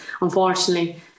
unfortunately